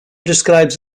describes